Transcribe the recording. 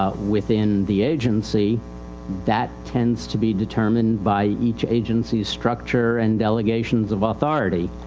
ah within the agency that tends to be determined by each agencyis structure and delegations of authority.